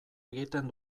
egiten